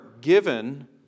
given